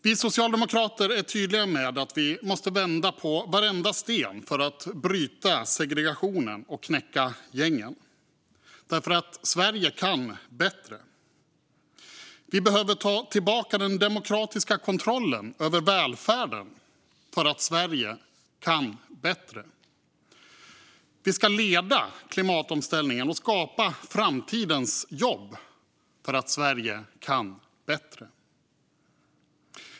Vi socialdemokrater är tydliga med att vi måste vända på varenda sten för att bryta segregationen och knäcka gängen - för att Sverige kan bättre. Vi behöver ta tillbaka den demokratiska kontrollen över välfärden - för att Sverige kan bättre. Vi ska leda klimatomställningen och skapa framtidens jobb - för att Sverige kan bättre.